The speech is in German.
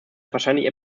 wahrscheinlich